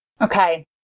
Okay